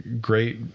great